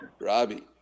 Robbie